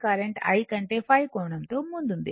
current I కంటే ϕ కోణంతో ముందుంది